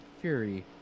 Fury